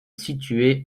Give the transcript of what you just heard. situé